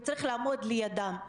וצריך לעמוד לידם,